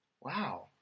Wow